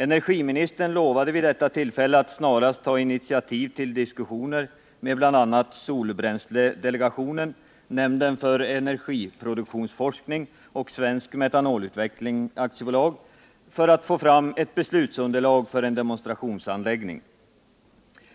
Energiministern lovade vid detta tillfälle att snarast ta initiativ till diskussioner med bl.a. Solbränsledelegationen, nämnden för energiproduktionsforskning och Svensk Metanolutveckling AB för att få fram ett beslutsunderlag för en demonstrationsanläggning.